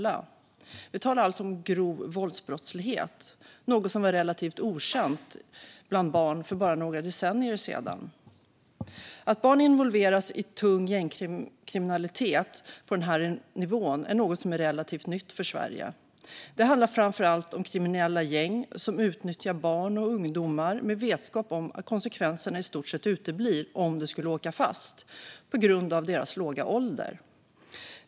Vi talar alltså om grov våldsbrottslighet, något som var relativt okänt bland barn för bara några decennier sedan. Att barn involveras i tung gängkriminalitet på den här nivån är relativt nytt för Sverige. Det handlar framför allt om kriminella gäng som utnyttjar barn och ungdomar med vetskap om att konsekvenserna i stort sett uteblir om de skulle åka fast, på grund av deras låga ålder.